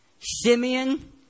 Simeon